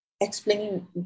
explaining